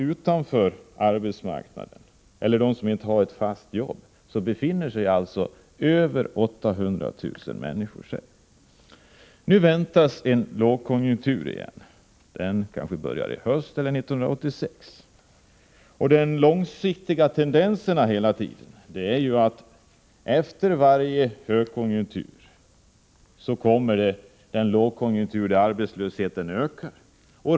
Utanför arbetsmarknaden befinner sig alltså över 800 000 människor, som inte har ett fast jobb. Nu väntas en lågkonjunktur igen. Den kanske börjar i höst eller 1986. De långsiktiga tendenserna är hela tiden att efter varje högkonjunktur kommer det en lågkonjunktur då arbetslösheten ökar.